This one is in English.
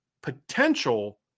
potential